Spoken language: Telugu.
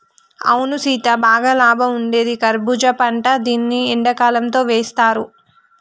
అవును సీత బాగా లాభం ఉండేది కర్బూజా పంట దీన్ని ఎండకాలంతో వేస్తారు